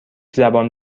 زبان